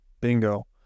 Bingo